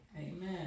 Amen